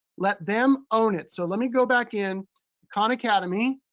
let them own it. so let me go back in khan academy.